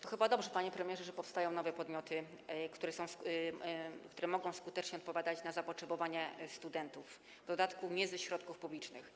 To chyba dobrze, panie premierze, że powstają nowe podmioty, które mogą skutecznie odpowiadać na zapotrzebowanie studentów, w dodatku nie ze środków publicznych.